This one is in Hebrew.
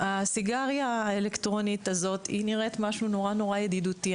הסיגריה האלקטרונית הזאת היא נראית משהו נורא נורא ידידותי,